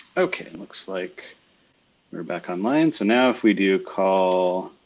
okay, it looks like we're back online. so now if we do call